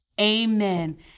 Amen